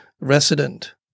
resident